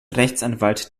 rechtsanwalt